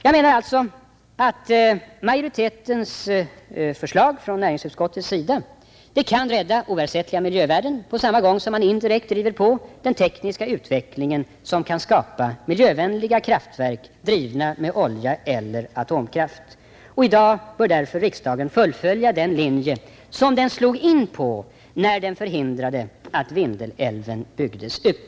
Jag menar alltså att förslaget från majoriteten i näringsutskottet kan rädda oersättliga miljövärden på samma gång som man indirekt driver på den tekniska utveckligen som kan skapa miljövänliga kraftverk, drivna med olja eller atomkraft. Därför bör riksdagen i dag fullfölja den linje som den slog in på när den förhindrade att Vindelälven byggdes ut.